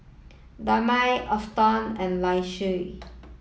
Damari Alston and Laisha